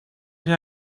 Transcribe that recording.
vie